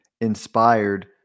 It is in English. inspired